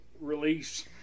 release